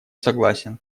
согласен